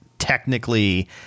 technically